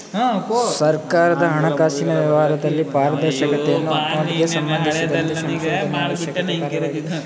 ಸರ್ಕಾರದ ಹಣಕಾಸಿನ ವ್ಯವಹಾರದಲ್ಲಿ ಪಾರದರ್ಶಕತೆಯನ್ನು ಅಕೌಂಟಿಂಗ್ ಸಂಬಂಧಿಸಿದಂತೆ ಸಂಶೋಧನೆ ಅತ್ಯವಶ್ಯಕ ಕಾರ್ಯವಾಗಿದೆ